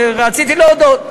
ורציתי להודות.